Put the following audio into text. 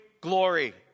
glory